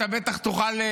אתה בטח תוכל,